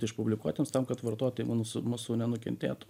išpublikuotiems tam kad vartotojai mūsų mūsų nenukentėtų